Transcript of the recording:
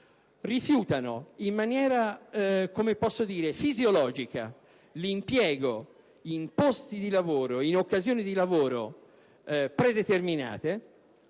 rifiutano in maniera fisiologica l'impiego in posti di lavoro e in occasioni di lavoro predeterminate,